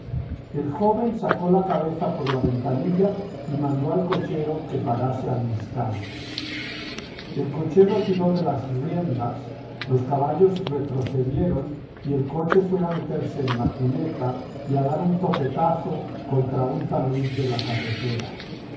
el joven sacó la cabeza por la ventanilla y mandó al cochero que parase al instante el cochero tiró de las riendas los caballos retrocedieron y el coche fué a meterse en la cuneta y a dar un topetazo contra un talud de la carretera